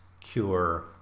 cure